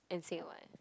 and say what